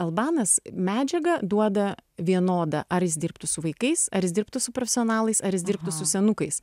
albanas medžiagą duoda vienodą ar jis dirbtų su vaikais ar jis dirbtų su profesionalais ar jis dirbtų su senukais